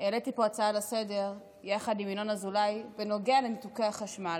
העליתי פה הצעה לסדר-היום יחד עם ינון אזולאי בנוגע לניתוקי החשמל.